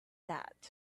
that